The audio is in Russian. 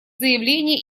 заявления